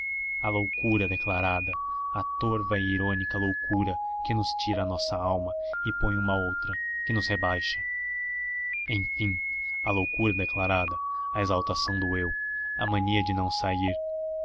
a loucura declarada a torva e irônica loucura que nos tira a nossa alma e põe uma outra que nos rebaixa enfim a loucura declarada a exaltação do eu a mania de não sair